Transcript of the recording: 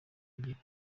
ebyiri